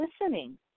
listening